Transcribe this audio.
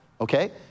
okay